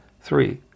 Three